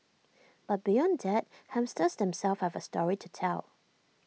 but beyond that hamsters themselves have A story to tell